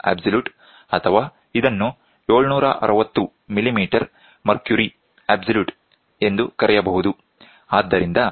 ಅಥವಾ ಇದನ್ನು 760 millimetre Hg abs